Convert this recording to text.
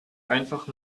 einfach